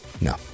No